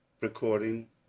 Recording